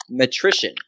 matrician